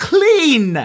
Clean